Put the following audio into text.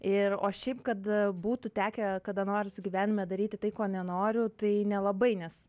ir o šiaip kad būtų tekę kada nors gyvenime daryti tai ko nenoriu tai nelabai nes